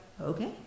okay